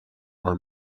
are